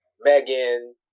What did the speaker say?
Megan